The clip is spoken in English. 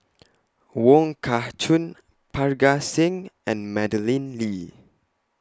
Wong Kah Chun Parga Singh and Madeleine Lee